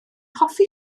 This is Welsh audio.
hoffi